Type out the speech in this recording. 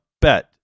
bet